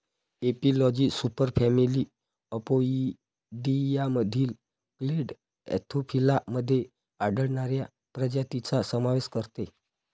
एपिलॉजी सुपरफॅमिली अपोइडियामधील clade Anthophila मध्ये आढळणाऱ्या प्रजातींचा समावेश करते